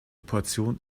portion